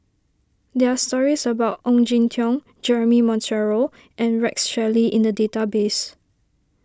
there are stories about Ong Jin Teong Jeremy Monteiro and Rex Shelley in the database